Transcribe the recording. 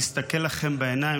להסתכל לכם בעיניים?